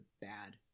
bad